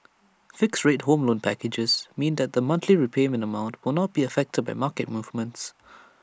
fixed rate home loan packages means that the monthly repayment amount will not be affected by market movements